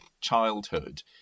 childhood